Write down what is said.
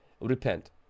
Repent